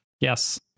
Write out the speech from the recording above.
Yes